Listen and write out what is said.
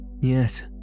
Yes